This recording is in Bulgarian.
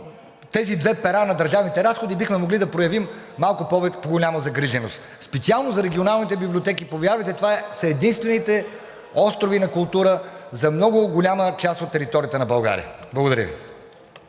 тези две пера на държавните разходи бихме могли да проявим малко по-голяма загриженост. Специално за регионалните библиотеки, повярвайте, това са единствените острови на култура за много голяма част от територията на България. Благодаря Ви.